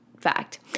fact